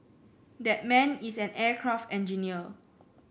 that man is an aircraft engineer